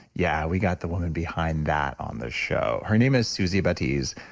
yeah, we got the woman behind that on the show. her name is suzy batiz,